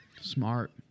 Smart